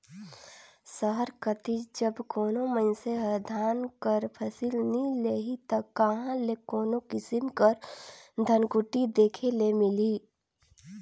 सहर कती जब कोनो मइनसे हर धान कर फसिल नी लेही ता कहां ले कोनो किसिम कर धनकुट्टी देखे ले मिलही